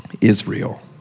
Israel